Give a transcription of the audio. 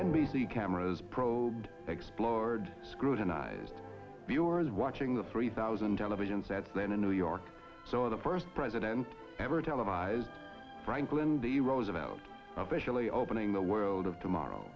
c cameras probed explored scrutinised viewers watching the three thousand television sets then in new york saw the first president ever televised franklin d roosevelt officially opening the world of tomorrow